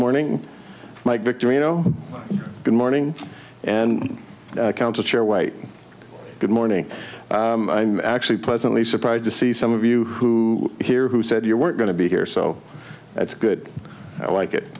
morning mike victor you know good morning and council chair white good morning i'm actually pleasantly surprised to see some of you who here who said you weren't going to be here so that's good i like it